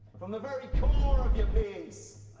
from the very core of your being.